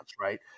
Right